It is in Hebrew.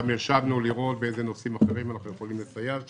גם ישבנו לראות באילו נושאים אחרים אנחנו יכולים לסייע שם.